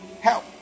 help